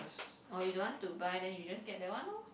or you don't want to buy then you just get that one lor